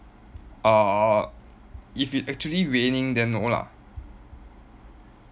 uh if it's actually raining then no lah